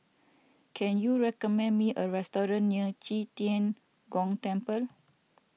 can you recommend me a restaurant near Qi Tian Gong Temple